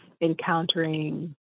encountering